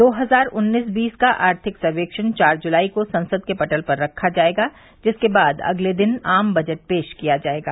दो हजार उन्नीस बीस का आर्थिक सर्वेक्षण चार जुलाई को संसद के पटल पर रखा जाएगा जिसके बाद अगले दिन आम बजट पेश किया जाएगा